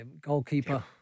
goalkeeper